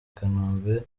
kanombe